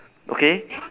okay